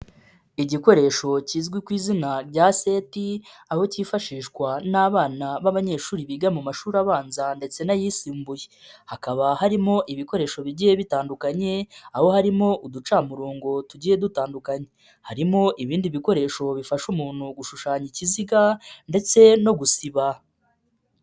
Igikoresho kizwi ku izina rya seti, aho cyifashishwa n'abana b'abanyeshuri biga mu mashuri abanza, ndetse n'ayisumbuye. Hakaba harimo ibikoresho bigiye bitandukanye, aho harimo uducamurongo tugiye dutandukanye. Harimo ibindi bikoresho bifasha umuntu gushushanya ikiziga, ndetse no gusiba.